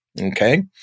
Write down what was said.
okay